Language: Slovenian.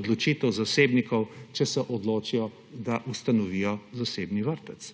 odločitev zasebnikov, če se odločijo, da ustanovijo zasebni vrtec.